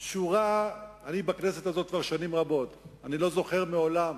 אני בכנסת כבר שנים רבות, ואני לא זוכר מעולם